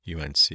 UNC